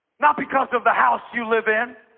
not because of the house you live in